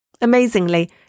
Amazingly